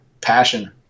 passion